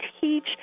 teach